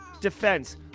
defense